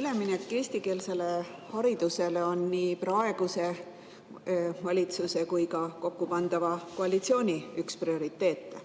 Üleminek eestikeelsele haridusele on nii praeguse valitsuse kui ka kokkupandava koalitsiooni üks prioriteete.